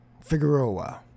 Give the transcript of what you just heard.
figueroa